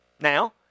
Now